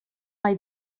mae